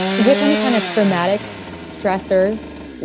with any kind of traumatic stressors,